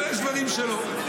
אבל יש דברים שלא.